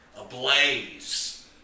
ablaze